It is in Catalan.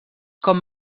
com